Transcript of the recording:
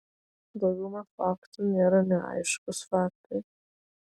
dauguma faktų nėra neaiškūs faktai